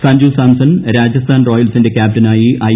സഞ്ജു സാംസൺ രാജസ്ഥാൻ റോയൽസിന്റെ ക്യാപ്റ്റനായി ഐ